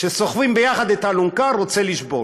רוצה לשבור.